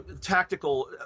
tactical